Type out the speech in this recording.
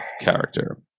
character